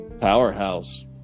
powerhouse